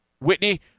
Whitney